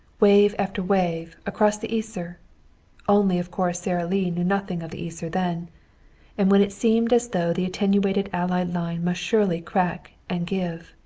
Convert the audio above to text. wave after wave, across the yser only of course sara lee knew nothing of the yser then and when it seemed as though the attenuated allied line must surely crack and give.